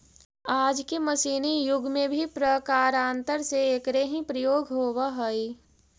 आज के मशीनी युग में भी प्रकारान्तर से एकरे ही प्रयोग होवऽ हई